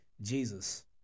Jesus